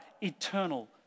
eternal